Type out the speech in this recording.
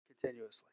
continuously